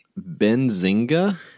Benzinga